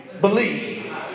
Believe